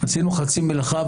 עשינו חצי מלאכה,